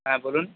হ্যাঁ বলুন